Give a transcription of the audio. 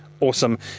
awesome